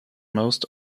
most